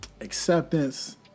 acceptance